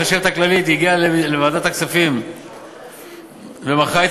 החשבת הכללית הגיעה לוועדת הכספים ומכרה את